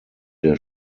der